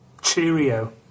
Cheerio